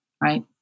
right